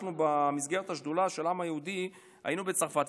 אנחנו במסגרת השדולה של העם היהודי היינו בצרפת,